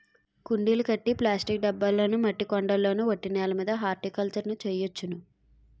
కుండీలు కట్టి ప్లాస్టిక్ డబ్బాల్లోనా మట్టి కొండల్లోన ఒట్టి నేలమీద హార్టికల్చర్ ను చెయ్యొచ్చును